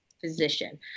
physician